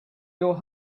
your